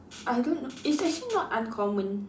I don't know it's actually not uncommon